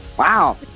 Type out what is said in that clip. Wow